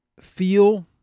feel